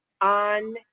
on